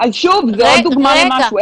שוב, זה עוד דוגמה למשהו.